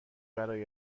برای